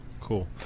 Cool